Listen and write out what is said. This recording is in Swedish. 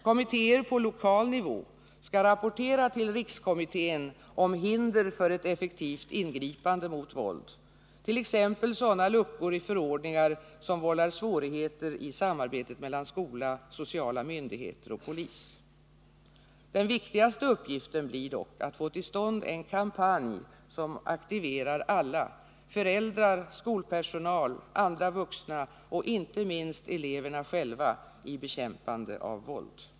Kommittéer på lokal nivå skall rapportera till rikskommittén om hinder för ett effektivt ingripande mot våld, t.ex. sådana luckor i förordningar som vållar svårigheter i samarbetet mellan skola, sociala myndigheter och polis. Den viktigaste uppgiften blir dock att få till stånd en kampanj som aktiverar alla — föräldrar, skolpersonal, andra vuxna och inte minst eleverna själva — i bekämpande av våld.